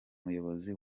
muyobozi